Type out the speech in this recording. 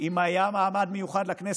אם היה מעמד מיוחד לכנסת,